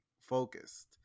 focused